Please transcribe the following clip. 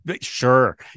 Sure